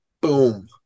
boom